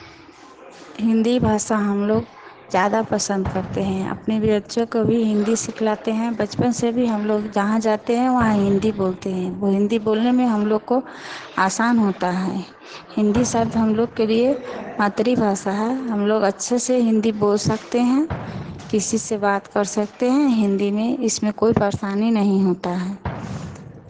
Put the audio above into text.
हिन्दी भाषा हम लोग ज़्यादा पसन्द करते हैं अपने भी बच्चों को भी हिन्दी सिखलाते हैं बचपन से भी हम लोग जहाँ जाते हैं वहाँ हिन्दी बोलते हैं वो हिन्दी बोलने में हम लोग को आसान होता है हिन्दी शब्द हम लोग के लिए मातृ भाषा है हम लोग अच्छे से हिन्दी बोल सकते हैं किसी से बात कर सकते हैं हिन्दी में इसमें कोई परेशानी नहीं होता है